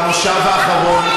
במושב האחרון,